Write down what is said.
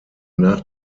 nach